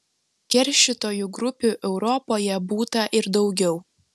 keršytojų grupių europoje būta ir daugiau